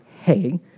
hey